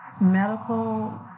medical